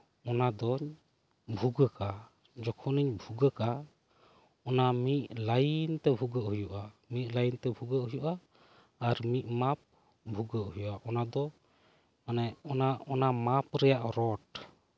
ᱚᱱᱟᱫᱩᱧ ᱵᱷᱩᱜᱟᱜᱟ ᱡᱚᱠᱷᱚᱱᱤᱧ ᱵᱷᱩᱜᱟᱹᱜᱟ ᱚᱱᱟ ᱢᱤᱫ ᱞᱟᱭᱤᱱᱛᱮ ᱵᱷᱩᱜᱟᱹᱜ ᱦᱩᱭᱩᱜᱼᱟ ᱢᱤᱫ ᱞᱟᱭᱤᱱ ᱛᱮ ᱵᱷᱩᱜᱟᱹᱜ ᱦᱩᱭᱩᱜᱼᱟ ᱟᱨ ᱢᱤᱫ ᱢᱟᱯ ᱵᱷᱩᱜᱟᱹᱜ ᱦᱩᱭᱩᱜᱼᱟ ᱚᱱᱟᱫᱚ ᱢᱟᱱᱮ ᱚᱱᱟ ᱢᱟᱯ ᱨᱮᱭᱟᱜ ᱨᱚᱰ